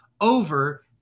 Over